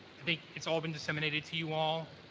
i think it's all been disseminated to you all.